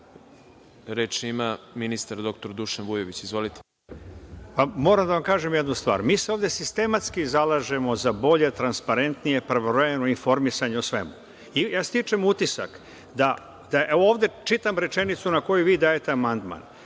ima ministar dr Dušan Vujović. Izvolite. **Dušan Vujović** Moram da vam kažem jednu stvar. Mi se ovde sistematski zalažemo za bolje, transparentnije, pravovremeno informisanje o svemu. Ja stičem utisak da ovde… Čitam rečenicu na koju vi dajete amandman,